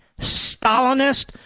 Stalinist